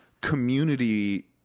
community